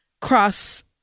cross